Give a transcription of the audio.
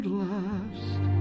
last